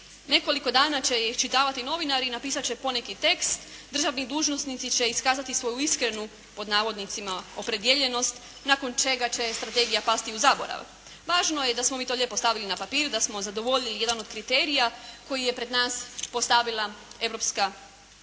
Nekoliko dana će je iščitavati novinari i napisat će poneki tekst. Državni dužnosnici će iskazati svoju iskrenu, pod navodnicima, opredjeljenost nakon čega će strategija pasti u zaborav. Važno je da smo mi to lijepo stavili na papiru, da smo zadovoljili jedan od kriterija koji je pred nas postavila Europska unija.